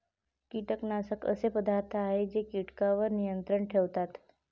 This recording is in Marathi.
कीटकनाशके असे पदार्थ आहेत जे कीटकांवर नियंत्रण ठेवतात